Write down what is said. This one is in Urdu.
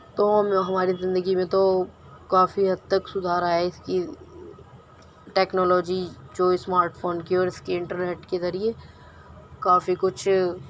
تو ہم ہماری زندگی میں تو کافی حد تک سدھار آیا ہے اس کی ٹیکنالوجی جو اسمارٹ فون کی اور اس کی انٹرنیٹ کے ذریعہ کافی کچھ